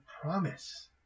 promise